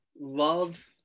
Love